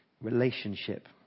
relationship